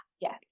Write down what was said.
Yes